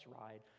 ride